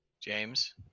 James